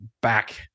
back